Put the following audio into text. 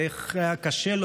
איך היה לו קשה,